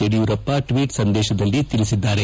Yediyurappa tweet ಸಂದೇಶದಲ್ಲಿ ತಿಳಿಸಿದ್ದಾರೆ